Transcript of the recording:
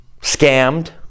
Scammed